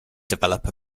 develop